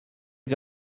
que